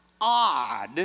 odd